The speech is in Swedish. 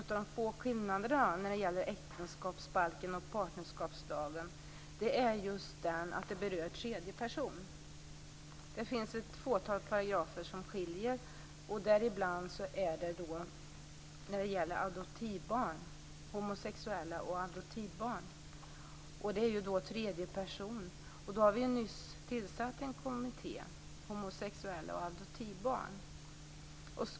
En av de få skillnaderna mellan äktenskapsbalken och partnerskapslagen är vad som berör tredje person. Det finns ett fåtal paragrafer som skiljer sig från varandra, bl.a. gäller det homosexuella och adoptivbarn. Det är fråga om tredje person. Det har nyss tillsatts en kommitté, Homosexuella och adoptivbarn.